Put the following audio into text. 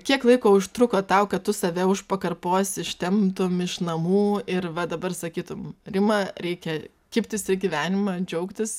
kiek laiko užtruko tau kad tu save už pakarpos ištemptum iš namų ir va dabar sakytum rima reikia kibtis į gyvenimą džiaugtis